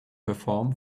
perform